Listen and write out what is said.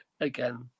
again